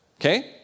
okay